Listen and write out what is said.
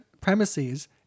premises